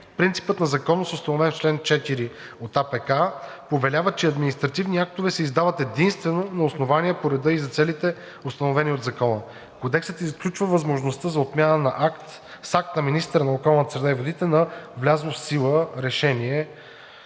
принципът на законност, установен в чл. 4 от АПК, повелява, че административни актове се издават единствено на основание по реда и за целите, установени от закона. Кодексът изключва възможността за отмяна на акт с акт на министъра на околната среда и водите на влязло в сила решение